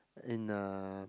in a